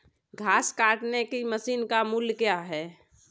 घास काटने की मशीन का मूल्य क्या है?